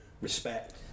respect